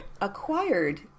acquired